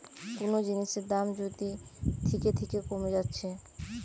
কুনো জিনিসের দাম যদি থিকে থিকে কোমে যাচ্ছে